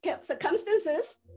circumstances